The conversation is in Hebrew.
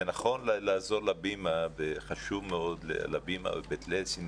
זה נכון לעזור להבימה וחשוב מאוד להבימה ובית לסין,